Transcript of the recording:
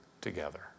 together